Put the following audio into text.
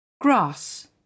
Grass